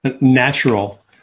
natural